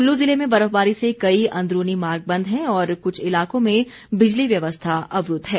कुल्लू जिले में बर्फबारी से कई अंदरूनी मार्ग बंद है और कुछ इलाकों में बिजली व्यवस्था अवरूद्व है